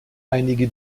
einige